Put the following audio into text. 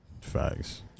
Facts